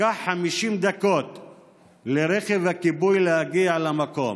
לקח לרכב הכיבוי 50 דקות להגיע למקום.